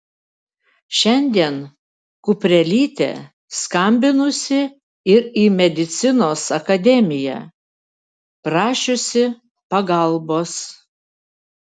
šiandien kuprelytė skambinusi ir į medicinos akademiją prašiusi pagalbos